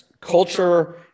culture